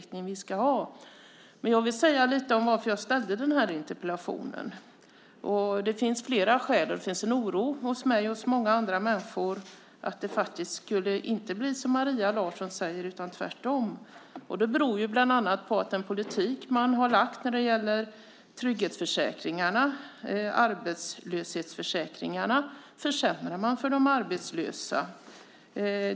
Jag vill säga något om varför jag ställde den här interpellationen. Det finns flera skäl. Det finns en oro hos mig och många andra människor att det faktiskt inte skulle bli som Maria Larsson säger utan tvärtom. Det beror bland annat på den politik man har lagt fram när det gäller trygghetsförsäkringarna. Man försämrar arbetslöshetsförsäkringen för de arbetslösa.